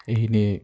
ଏଇ ନେ